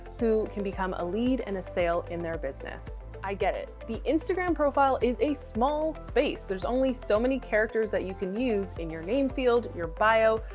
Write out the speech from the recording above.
who can become a lead and a sale in their business. i get it. the instagram profile is a small space. there's only so many characters that you can use in your name field, your bio.